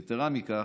יתרה מזו,